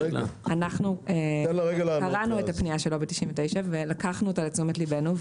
אנחנו קראנו את הפנייה של לובי 99 ולקחנו אותה לתשומת לבנו,